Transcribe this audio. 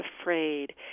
afraid